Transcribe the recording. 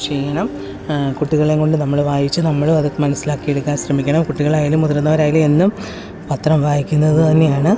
ചെയ്യണം കുട്ടികളേം കൊണ്ട് നമ്മള് വായിച്ച് നമ്മള് അത് മനസിലാക്കിയെടുക്കാൻ ശ്രമിക്കണം കുട്ടികളായാലും മുതിർന്നവരായാലും എന്നും പത്രം വായിക്കുന്നത് തന്നെയാണ്